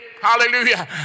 hallelujah